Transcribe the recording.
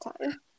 time